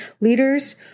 leaders